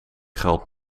geld